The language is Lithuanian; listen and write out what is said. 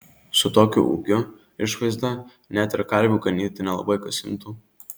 su tokiu ūgiu išvaizda net ir karvių ganyti nelabai kas imtų